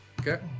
Okay